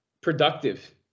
productive